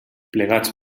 plegats